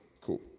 Cool